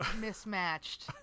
mismatched